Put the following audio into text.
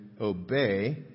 obey